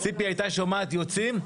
ציפי הייתה שומעת יוצאים,